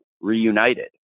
reunited